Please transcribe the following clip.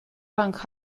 punk